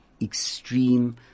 extreme